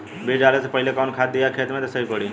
बीज डाले से पहिले कवन खाद्य दियायी खेत में त सही पड़ी?